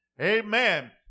Amen